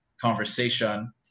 conversation